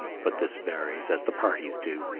but this varies as the parties do,